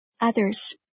others